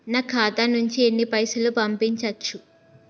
నా ఖాతా నుంచి ఎన్ని పైసలు పంపించచ్చు?